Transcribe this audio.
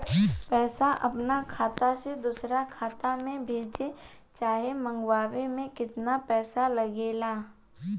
पैसा अपना खाता से दोसरा खाता मे भेजे चाहे मंगवावे में केतना पैसा लागेला?